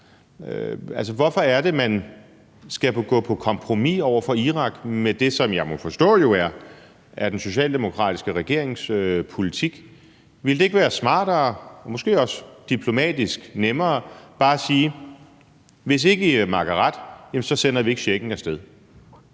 hvorfor er det, man skal gå på kompromis over for Irak med det, som jeg jo må forstå er den socialdemokratiske regerings politik? Ville det ikke være smartere og måske også diplomatisk nemmere bare at sige: Hvis ikke I makker ret, jamen så sender vi ikke checken af sted?